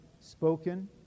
spoken